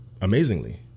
Amazingly